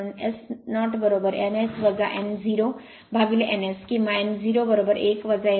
म्हणूनS0n S n 0n S किंवा n 01 S0